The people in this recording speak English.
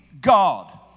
God